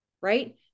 right